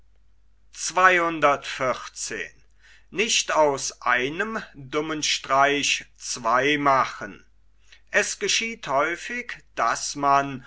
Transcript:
veranlaßt es geschieht häufig daß man